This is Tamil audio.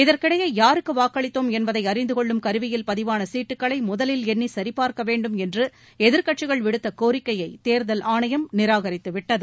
இதற்கிடையே யாருக்கு வாக்களித்தோம் என்பதை அறிந்துகொள்ளும் கருவியில் பதிவான சீட்டுகளை முதலில் எண்ணி சரிபார்க்க வேன்டும் என்று எதிர்க்கட்சிகள் விடுத்த கோரிக்கையை தேர்தல் ஆணையம் நிராகரித்து விட்டது